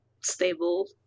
stable